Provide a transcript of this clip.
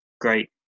great